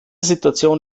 situation